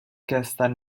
gestern